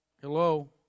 hello